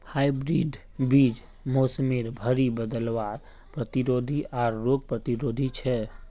hybrid बीज मोसमेर भरी बदलावर प्रतिरोधी आर रोग प्रतिरोधी छे